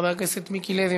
חבר הכנסת מיקי לוי,